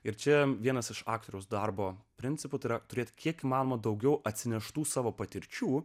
ir čia vienas iš aktoriaus darbo principu tai yra turėti kiek mama daugiau atsineštų savo patirčių